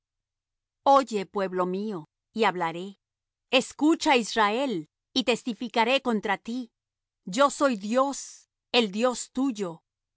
oye pueblo mío y hablaré escucha israel y testificaré contra ti yo soy dios el dios tuyo